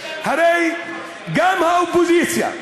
הרי גם האופוזיציה,